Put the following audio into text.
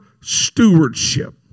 stewardship